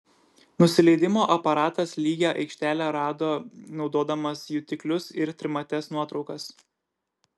nusileidimo aparatas lygią aikštelę rado naudodamas jutiklius ir trimates nuotraukas